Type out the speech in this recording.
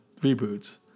reboots